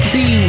See